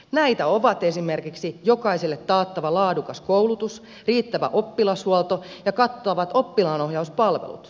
näitä ovat esimerkiksi jokaiselle taattava laadukas koulutus riittävä oppilashuolto ja kattavat oppilaanohjauspalvelut